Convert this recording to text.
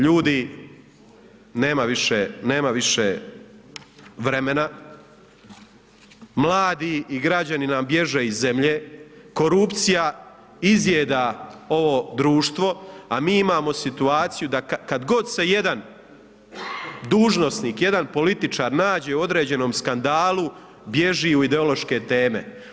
Ljudi nema više vremena, mladi i građani nam bježe iz zemlje, korupcija izjeda ovo društvo, a mi imamo situaciju, kada god se jedan dužnosnik, jedan političar nađe u određenom skandalu bilježi u ideološke teme.